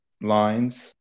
lines